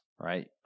right